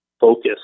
focus